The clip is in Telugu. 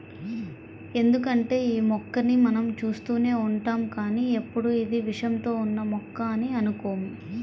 ఎందుకంటే యీ మొక్కని మనం చూస్తూనే ఉంటాం కానీ ఎప్పుడూ ఇది విషంతో ఉన్న మొక్క అని అనుకోము